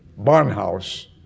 Barnhouse